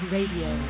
Radio